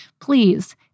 please